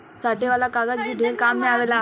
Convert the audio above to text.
साटे वाला कागज भी ढेर काम मे आवेला